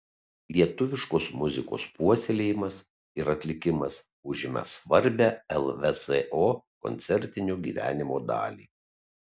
lietuviškos muzikos puoselėjimas ir atlikimas užima svarbią lvso koncertinio gyvenimo dalį